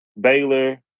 Baylor